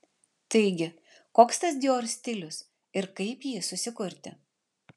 taigi koks tas dior stilius ir kaip jį susikurti